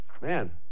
man